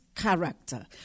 Character